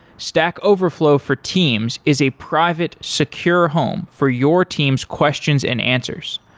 stack overflow for teams is a private secure home for your teams' questions and answers.